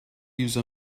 use